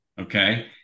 Okay